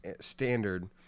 standard